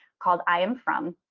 called am from.